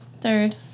Third